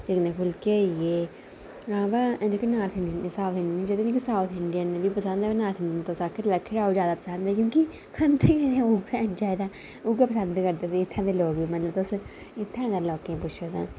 तिन फुल्के होई गे जेह्के नार्थ इंड़ियन साऊथ इंड़ियन मिगी जेह्के साऊथ इंड़ियन बी पसंद ऐ पर नार्थ इंड़ियन तुस आक्खी लाओ ज्यादा पसंद ऐ क्यूंकि ओह् खंदै गै ज्यादै ओहे ऊऐ पसंद करदे फ्ही इत्थें दें लोक बी मतलव तुस इत्थैं लोकैं गी पुछी लाओ